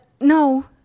no